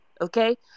Okay